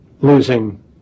losing